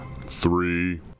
three